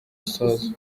stars